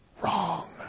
wrong